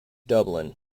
dublin